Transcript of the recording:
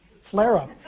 flare-up